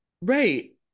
Right